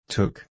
Took